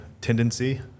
tendency